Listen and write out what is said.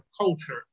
culture